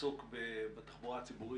הדיון שלנו היום יעסוק בתחבורה הציבורית,